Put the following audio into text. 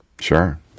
Sure